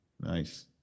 Nice